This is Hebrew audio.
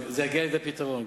וזה יגיע לידי פתרון.